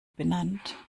benannt